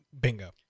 bingo